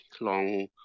long